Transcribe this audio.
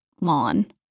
lawn